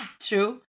True